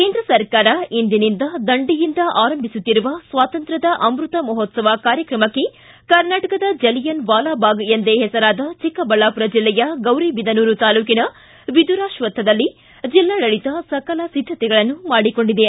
ಕೇಂದ್ರ ಸರ್ಕಾರ ಇಂದಿನಿಂದ ದಂಡಿಯಿಂದ ಆರಂಭಿಸುತ್ತಿರುವ ಸ್ವಾತಂತ್ರ್ಯದ ಅಮೃತ ಮಹೋತ್ಸವ ಕಾರ್ಯಕ್ರಮಕ್ಕೆ ಕರ್ನಾಟಕದ ಜಲಿಯನ್ ವಾಲಾಬಾಗ್ ಎಂದೇ ಪೆಸರಾದ ಚಿಕ್ಕಬಳ್ಳಾಪುರ ಜಿಲ್ಲೆಯ ಗೌರಿಬಿದನೂರು ತಾಲೂಕಿನ ವಿದುರಾಶ್ವಕ್ವದಲ್ಲಿ ಜಿಲ್ಲಾಡಳಿತ ಸಕಲ ಸಿದ್ದತೆಗಳನ್ನು ಮಾಡಿಕೊಂಡಿದೆ